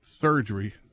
surgery